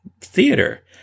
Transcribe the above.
theater